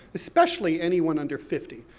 especially anyone under fifty.